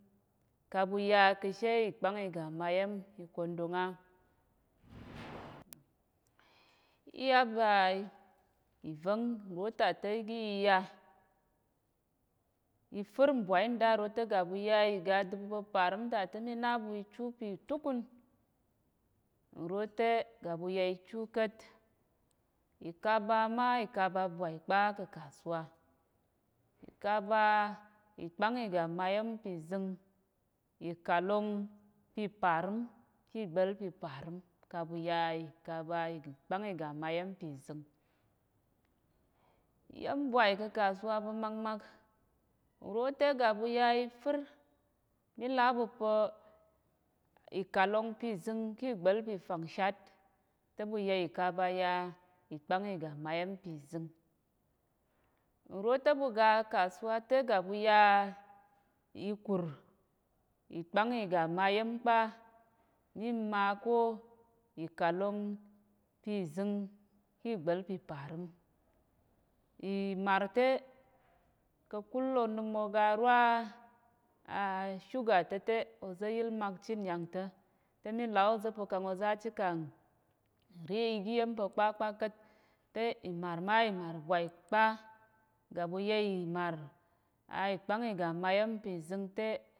Kaɓuya kashe ikpang iga mayem ikondong a ìvá̱ng rotate igi yiya ifir nbwai ndarote gaɓuya iga dubu pa̱parimta ta̱mi naɓu ichu pitukun nrote gaɓuye chuka̱t ikaba ma ikaba bwai kpa ka̱ kasuwa ikaba ikpang iga mmayem pizing ikalong pi parim kigbal piparim kaɓuya ikaba ikpang iga mmayem pizing, yem bwai ka̱ kasuwa pa̱ makmak nrote gaɓu ya ifir mila ɓu pa̱ ikalong pizing ki gbal pi fangshat. ta̱ɓuye kaba ya ikpang iga mayem pizing, nrote ɓuga kasuwa te gaɓuya ikur ikpang iga mayem kpa mima ko ikalong pizing kigbal piparim imar te kakul onim ugarwa ashuga ta̱te oza̱ yil mak chit yangta̱ temi la oza pa̱ kang oza chikan nri giyem pa kpa- kpa ka̱t te imar ma imar bwai kpa gaɓuye imar a ikpang iga mayem pizing te.